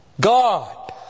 God